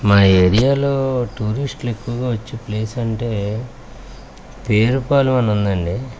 మా ఏరియాలో టూరిస్టులు ఎక్కువగా వచ్చే ప్లేస్ అంటే పేరుపాలెం అని ఉందండి